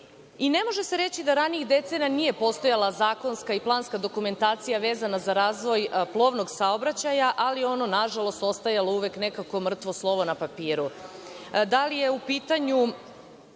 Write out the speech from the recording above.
Ne može se reći da ranijih decenija nije postojala zakonska i planska dokumentacija vezana za razvoj plovnog saobraćaja, ali ona je, nažalost, ostajala uvek nekako mrtvo slovo na papiru.